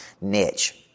niche